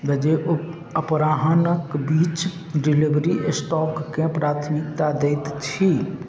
बजे अपराह्नक बीच डिलीवरी स्टॉककेँ प्राथमिकता दैत छी